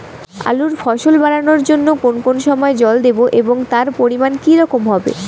আলুর ফলন বাড়ানোর জন্য কোন কোন সময় জল দেব এবং তার পরিমান কি রকম হবে?